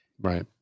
Right